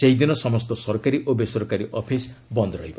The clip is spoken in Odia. ସେହିଦିନ ସମସ୍ତ ସରକାରୀ ଓ ବେସରକାରୀ ଅଫିସ୍ ବନ୍ଦ ରହିବ